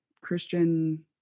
Christian